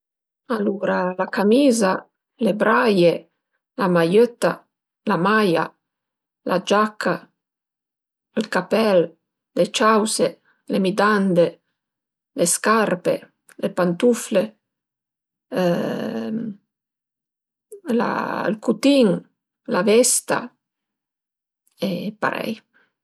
Alura la camiza, le braie, la maiëtta, la maia, la giaca, ël capèl, le ciause, le midande, le scarpe, le pantufle la ël cutin, la vesta e parei